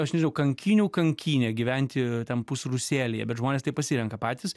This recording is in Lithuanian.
aš nežinau kankynių kankynė gyventi tam pusrūsėlyje bet žmonės tai pasirenka patys